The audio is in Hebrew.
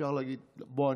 אפשר להגיד: בוא,